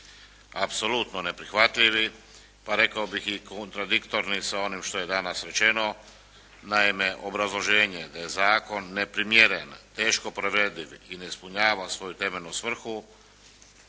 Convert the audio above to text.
apsolutno neprihvatljivi, pa rekao bih i kontradiktorni sa onim što je danas rečeno. Naime, obrazloženje je da je zakon neprimjeren, teško provediv i ne ispunjava svoju temeljnu svrhu